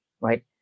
right